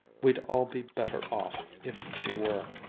we'd all be better off if she were.